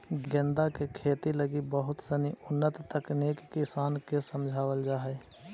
गेंदा के खेती लगी बहुत सनी उन्नत तकनीक किसान के समझावल जा हइ